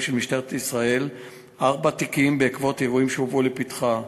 של משטרת ישראל ארבעה תיקים בעקבות אירועים שהובאו לפתחה.